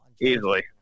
Easily